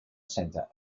centre